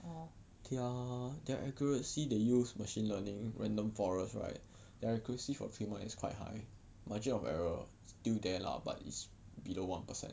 their their accuracy they use machine learning random forest right their accuracy for framework is quite high margin of error still there lah but it's below one percent